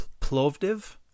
Plovdiv